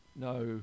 No